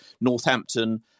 Northampton